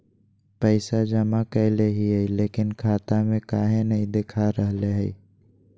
पैसा जमा कैले हिअई, लेकिन खाता में काहे नई देखा रहले हई?